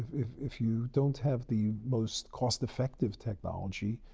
if if you don't have the most cost-effective technology,